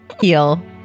heal